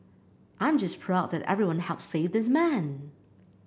I'm just proud that everyone helped save this man